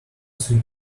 suit